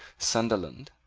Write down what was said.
sunderland,